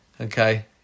Okay